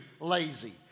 lazy